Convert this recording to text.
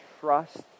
trust